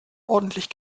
ordentlich